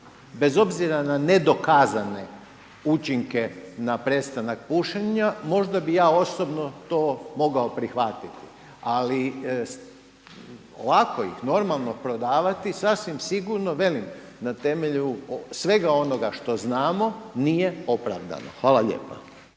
bez obzira na nedokazane učinke na prestanak pušenja možda bih ja osobno mogao to prihvatiti. Ali ovako ih normalno prodavati sasvim sigurno velim na temelju svega onoga što znamo nije opravdano. Hvala lijepa.